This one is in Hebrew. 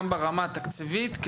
גם ברמה התקציבית,